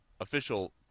official